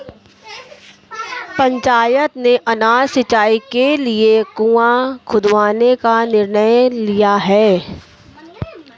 पंचायत ने आज सिंचाई के लिए कुआं खुदवाने का निर्णय लिया है